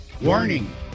warning